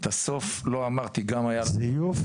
את הסוף לא אמרתי --- זיוף?